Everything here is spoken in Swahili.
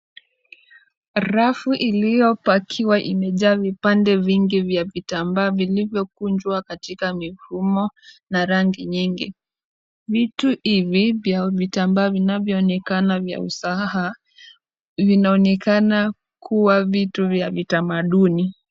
Rafu iliyopakiwa imejaa vipande vingi vya vitambaa vilivyokunjwa katika mifumo na rangi nyingi. Mitu hivi vya vitambaa vinavyoonekana ni vya usaha vinaonekana kuwa vitu vya vitamaduni.